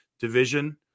division